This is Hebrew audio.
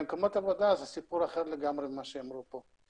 מקומות עבודה זה סיפור אחר לגמרי ממה שאמרו פה.